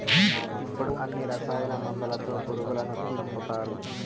ఇప్పుడు అన్ని రసాయన మందులతో పురుగులను సంపుతారు